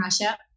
Russia